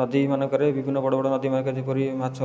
ନଦୀମାନଙ୍କରେ ବିଭିନ୍ନ ବଡ଼ ବଡ଼ ନଦୀମାନଙ୍କରେ ଯେପରି ମାଛ